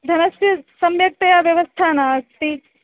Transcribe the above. धनस्य सम्यक्तया व्यवस्था नास्ति